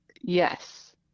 Yes